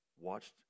watched